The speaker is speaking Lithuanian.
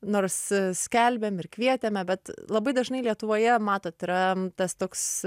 nors skelbėm ir kvietėme bet labai dažnai lietuvoje matot yra tas toks